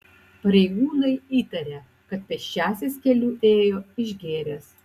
pareigūnai įtaria kad pėsčiasis keliu ėjo išgėręs